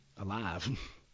alive